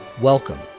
Welcome